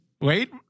wait